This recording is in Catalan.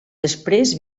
després